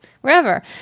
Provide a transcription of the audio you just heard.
wherever